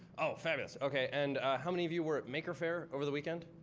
oh, fabulous. okay. and how many of you were at maker faire over the weekend?